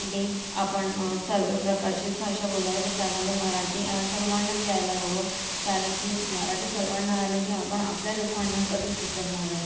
ते आपण सर्वप्रकारचे भाषा बोलल्या जातात बट त्यामध्ये मराठी हा सर्वांनाच यायला हवं कारण की मराठी सर्वांना आले की आपण आपल्या लोकांना कधीच विसरणार नाही